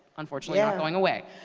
unfortunately, not going away.